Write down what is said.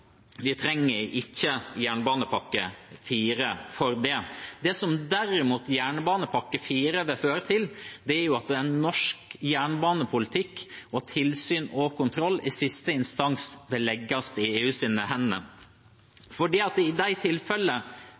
Vi trenger ikke jernbanepakke IV for det. Det som jernbanepakke IV derimot vil føre til, er at norsk jernbanepolitikk, og tilsyn og kontroll, i siste instans vil legges i EUs hender. For i de tilfellene